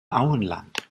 auenland